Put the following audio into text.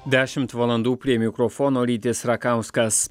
dešimt valandų prie mikrofono rytis rakauskas